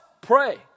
pray